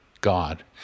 God